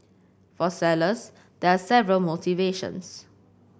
for sellers there are several motivations